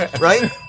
Right